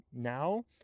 now